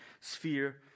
sphere